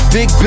Big